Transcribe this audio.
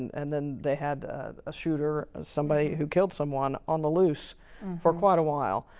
and then they had a shooter, somebody who killed someone on the loose for quite a while.